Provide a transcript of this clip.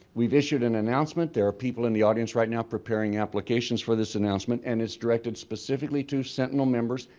we've issued an announcement there are people in the audience right now preparing applications for this announcement and it's directed specifically to sentinel members,